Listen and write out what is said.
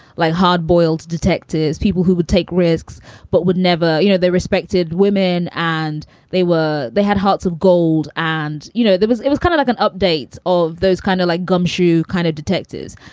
like hard-boiled detectives, people who would take risks but would never you know, they respected women and they were they had hearts of gold. and, you know, there was it was kind of like an update of those kind of like gumshoe kind of detectives.